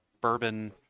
bourbon